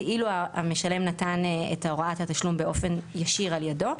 כאילו המשלם נתן את הוראת התשלום באופן ישיר על ידו,